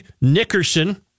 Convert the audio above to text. Nickerson